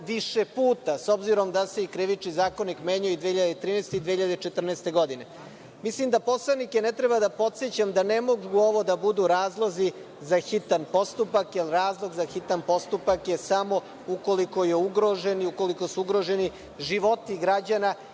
više puta, s obzirom da se i Krivični zakonik menjao i 2013. i 2014. godine. Mislim da poslanike ne trebam da podsećam da ne mogu ovo da budu razlozi za hitan postupak, jer razlog za hitan postupak je samo ukoliko je ugrožen ili su ugroženi